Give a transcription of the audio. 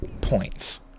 points